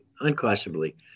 unquestionably